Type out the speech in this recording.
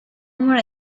more